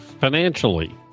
Financially